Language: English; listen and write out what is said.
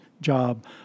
job